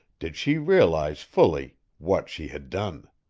did she realize fully what she had done.